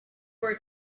were